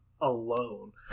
alone